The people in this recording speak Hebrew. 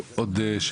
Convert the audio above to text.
טוב, עוד שאלה?